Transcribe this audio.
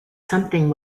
something